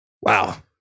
Wow